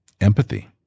Empathy